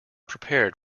prepared